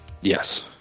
yes